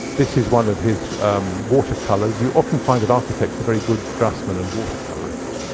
this is one of his watercolors. you often find that architects are very good draftsmen and watercolorists.